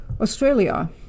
Australia